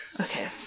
Okay